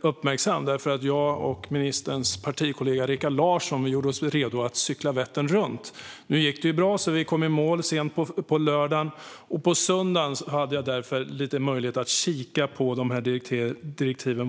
uppmärksam eftersom jag och ministerns partikollega Rikard Larsson gjorde oss redo att cykla Vättern runt. Nu gick det bra, så vi kom i mål sent på lördagen. På söndagen hade jag därför möjlighet att kika på vad som står i direktiven.